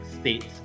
States